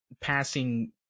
passing